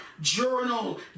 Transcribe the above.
journal